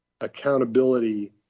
accountability